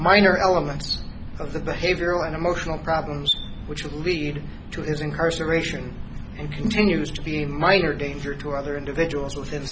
minor elements of the behavioral and emotional problems which would lead to his incarceration and continues to be a minor danger to other individuals within